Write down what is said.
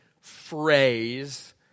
phrase